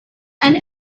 and